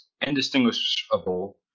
indistinguishable